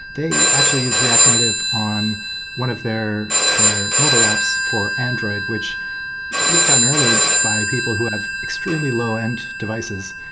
they actually use react native on one of their their mobile apps for android, which is used primarily by people who have extremely low-end devices.